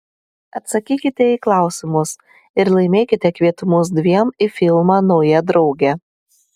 atsakykite į klausimus ir laimėkite kvietimus dviem į filmą nauja draugė